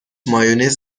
مایونز